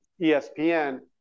espn